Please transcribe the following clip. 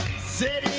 sit